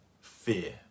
fear